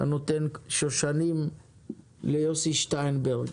אתה נותן שושנים ליוסי שטיינברג